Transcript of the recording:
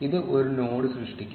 ഇത് ഒരു നോഡ് സൃഷ്ടിക്കും